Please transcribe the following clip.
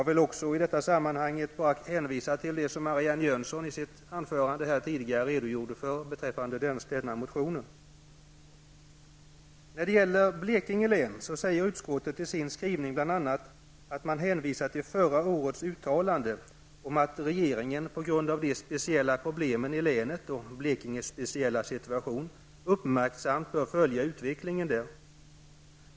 I detta sammanhang vill jag också hänvisa till det som När det gäller Blekinge län hänvisar utskottet i sin skrivning bl.a. till förra årets uttalande om att regeringen på grund av de speciella problemen i länen och Blekinges speciella situation uppmärksamt bör följa utvecklingen där.